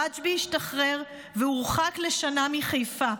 רג'בי השתחרר והורחק לשנה מחיפה.